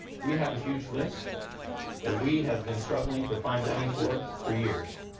we have a huge list that we have been struggling to find money for for years.